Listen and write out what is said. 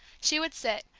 she would sit,